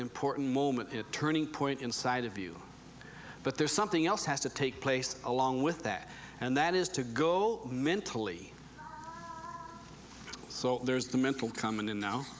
important moment turning point inside of you but there's something else has to take place along with that and that is to go mentally so there's the mental come in in